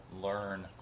learn